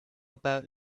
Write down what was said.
about